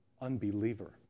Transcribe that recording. Unbeliever